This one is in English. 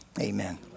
Amen